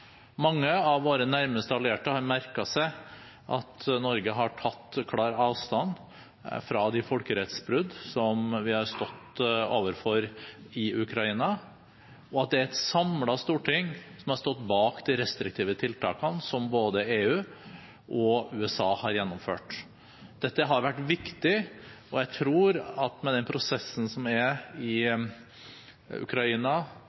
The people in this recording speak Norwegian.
Mange av våre nærmeste allierte har merket seg at Norge har tatt klar avstand fra de folkerettsbrudd som vi har stått overfor i Ukraina, og at det er et samlet storting som har stått bak de restriktive tiltakene som både EU og USA har gjennomført. Dette har vært viktig. Jeg tror at med den prosessen som er i Ukraina